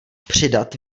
přidat